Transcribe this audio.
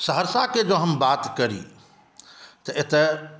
सहरसाके जँ हम बात करी तऽ एतय